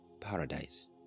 paradise